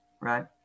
right